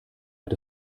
hat